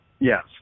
Yes